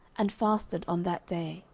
and fasted on that day,